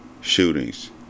shootings